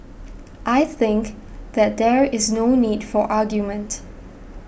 I think that there is no need for argument